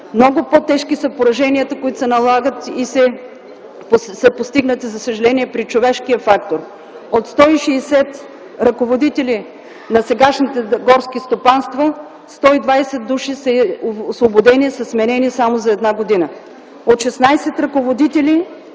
много по-тежки са пораженията, които се налагат и са постигнати при човешкия фактор. От 160 ръководители на сегашните горски стопанства, 120 души са освободени и са сменени само за една година. От 16 ръководители